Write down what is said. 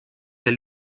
der